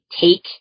take